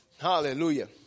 Hallelujah